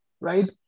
right